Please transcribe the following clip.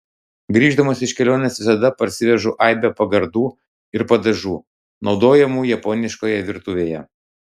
grįždamas iš kelionės visada parsivežu aibę pagardų ir padažų naudojamų japoniškoje virtuvėje